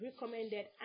recommended